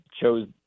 chose